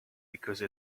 because